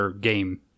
game